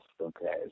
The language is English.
Okay